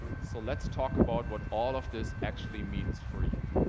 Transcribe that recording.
so let's talk about what all of this actually means for you.